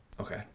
Okay